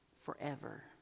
forever